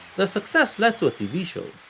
their success led to a tv show,